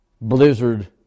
blizzard